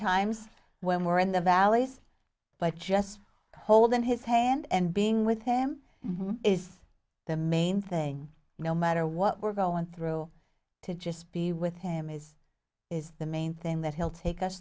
times when we're in the valleys but just holding his hand and being with him is the main thing no matter what we're going through to just be with him is is the main thing that he'll take us